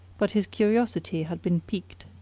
but his curiosity had been piqued.